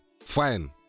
Fine